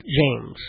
James